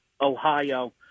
Ohio